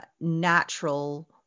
natural